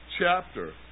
chapter